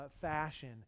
fashion